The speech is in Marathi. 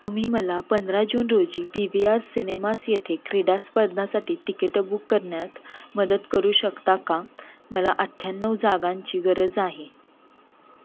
तुम्ही मला पंधरा जून रोजी पी वी आर सिनेमास येथे क्रीडास्पर्धासाठी तिकीटं बुक करण्यात मदत करू शकता का मला अठ्ठ्याण्णव जागांची गरज आहे